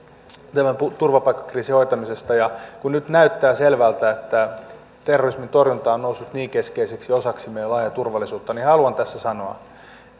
tämän turvapaikkakriisin hoitamisesta ja kun nyt näyttää selvältä että terrorismin torjunta on noussut niin keskeiseksi osaksi meidän laajaa turvallisuuttamme niin haluan tässä sanoa